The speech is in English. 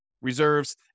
Reserves